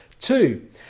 Two